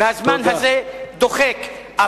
והזמן הזה דוחק תודה.